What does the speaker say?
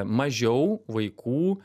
mažiau vaikų